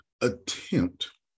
attempt